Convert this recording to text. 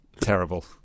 terrible